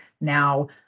now